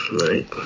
right